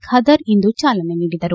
ಖಾದರ್ ಇಂದು ಚಾಲನೆ ನೀಡಿದರು